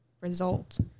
result